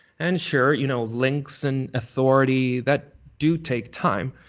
and sure, you know links and authority, that do take time.